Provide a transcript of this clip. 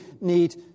need